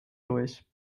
durch